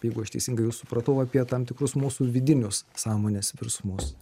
jeigu aš teisingai jus supratau apie tam tikrus mūsų vidinius sąmonės virsmus